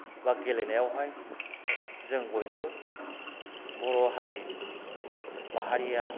बा गेलेनायावहाय जों बयबो बर' हारि माहारिया